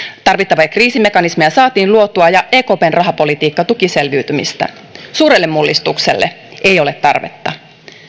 tarvittavia kriisimekanismeja saatiin luotua ja ekpn rahapolitiikka tuki selviytymistä suurelle mullistukselle ei ole tarvetta